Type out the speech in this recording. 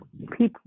people